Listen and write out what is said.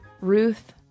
Ruth